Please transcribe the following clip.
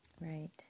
Right